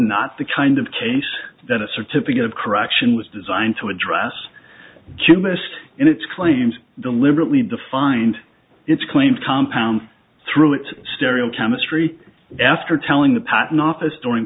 not the kind of case that a certificate of correction was designed to address q missed in its claims deliberately defined its claim compound through its stereo chemistry after telling the patent office during